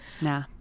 Nah